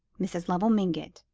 mrs. lovell mingott,